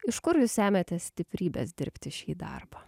iš kur jūs semiatės stiprybės dirbti šį darbą